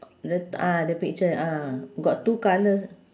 the ah the picture ah got two colour